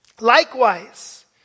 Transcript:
Likewise